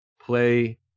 play